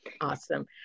Awesome